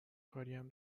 کاریم